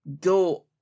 go